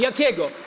Jakiego?